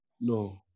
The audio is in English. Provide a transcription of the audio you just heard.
No